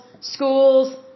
schools